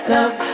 Love